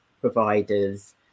providers